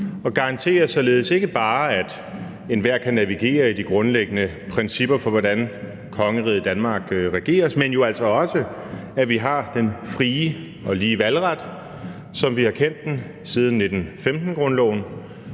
det garanterer således ikke bare, at enhver kan navigere i de grundlæggende principper for, hvordan Kongeriget Danmark regeres, men jo altså også, at vi har den frie og lige valgret til de to ting, som vi har kendt den siden 1915-grundloven,